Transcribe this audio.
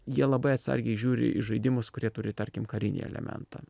jie labai atsargiai žiūri į žaidimus kurie turi tarkim karinį elementą